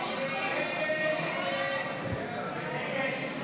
הסתייגות 29 לא נתקבלה.